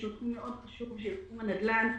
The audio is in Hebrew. שהוא תחום חשוב מאוד,